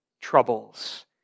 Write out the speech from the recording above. troubles